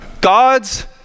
God's